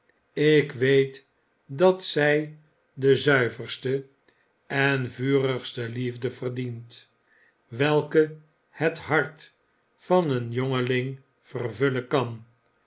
ik weet dat zij de zuiverste de vurigste liefde verdient welke het hart van een jongeling vervullen kan